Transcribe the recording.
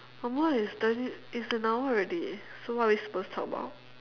some more it's thirty it's an hour already so what are we supposed to talk about